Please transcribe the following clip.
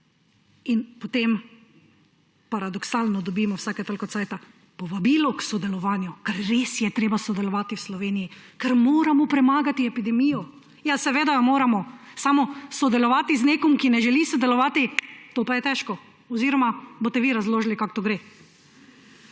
In potem paradoksalno dobimo vsake toliko časa povabilo k sodelovanju, ker res je treba sodelovati v Sloveniji, ker moramo premagati epidemijo. Ja, seveda jo moramo, samo sodelovati z nekom, ki ne želi sodelovati, to pa je težko oziroma boste vi razložili, kako to gre!